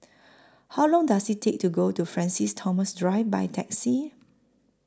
How Long Does IT Take to get to Francis Thomas Drive By Taxi